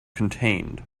contained